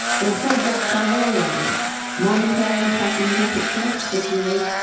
their subjects are very various momentary impressions of picturesque figures,